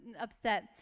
upset